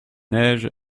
neige